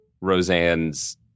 Roseanne's